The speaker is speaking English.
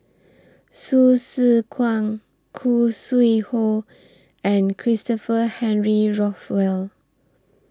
Hsu Tse Kwang Khoo Sui Hoe and Christopher Henry Rothwell